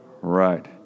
Right